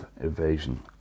evasion